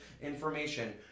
information